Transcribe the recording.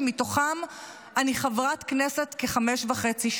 שמתוכן אני חברת כנסת כחמש שנים וחצי.